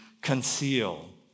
conceal